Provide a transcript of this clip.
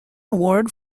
award